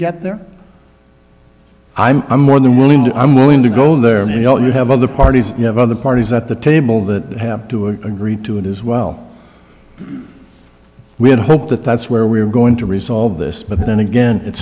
get there i'm more than willing to i'm willing to go there and you know you have other parties you have other parties at the table that have to agree to it as well we had hoped that that's where we were going to resolve this but then again it